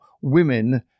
women